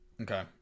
Okay